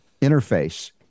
interface